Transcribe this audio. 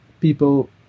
people